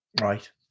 right